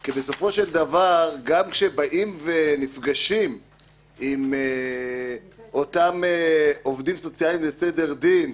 כי בסופו של דבר גם כשבאים ונפגשים עם אותם עובדים סוציאליים לסדר דין,